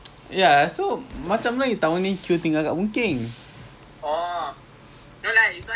very good very good I mean now nowadays they say you cannot specialized you need to generalize you know in your career